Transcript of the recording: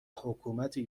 حکومتی